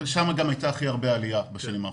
שם גם הייתה הכי הרבה עלייה בשנים האחרונות.